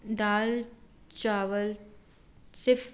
दाल चावल सिर्फ